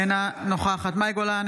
אינה נוכחת מאי גולן,